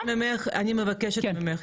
אני מבקשת ממך,